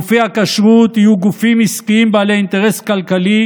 גופי הכשרות יהיו גופים עסקיים בעלי אינטרס כלכלי